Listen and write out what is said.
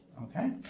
Okay